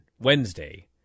Wednesday